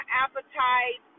appetite